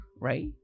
right